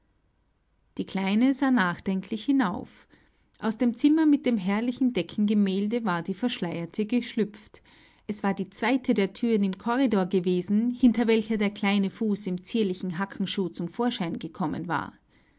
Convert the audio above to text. die kleine sah nachdenklich hinauf aus dem zimmer mit dem herrlichen deckengemälde war die verschleierte geschlüpft es war die zweite der thüren im korridor gewesen hinter welcher der kleine fuß im zierlichen hackenschuh zum vorschein gekommen war